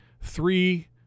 three